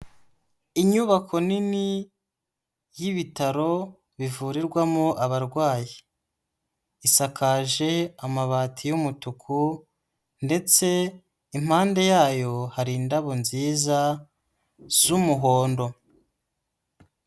Inyubako nini y'ibitaro bivurirwamo abarwayi, isakaje amabati y'umutuku ndetse impande yayo hari indabo nziza z'umuhondo.